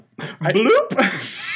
bloop